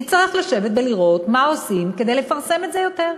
נצטרך לשבת ולראות מה עושים כדי לפרסם את זה יותר,